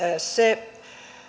se